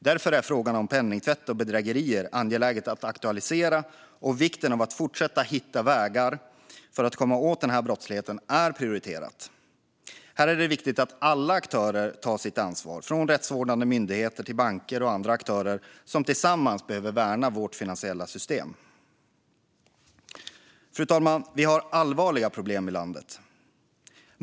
Därför är frågan om penningtvätt och bedrägerier angelägen att aktualisera. Det är viktigt och prioriterat att fortsätta hitta vägar för att komma åt den här brottsligheten. Här är det viktigt att alla aktörer tar sitt ansvar, från rättsvårdande myndigheter till banker och andra aktörer. Tillsammans behöver vi värna vårt finansiella system. Fru talman! Vi har allvarliga problem i landet.